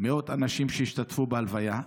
מאות אנשים שהשתתפו בהלוויה,